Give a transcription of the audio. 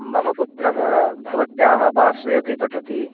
मम पुत्रः भवत्याः पार्श्वे अपि पठति